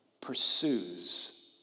pursues